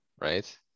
right